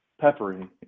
Peppery